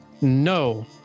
no